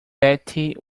betty